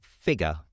figure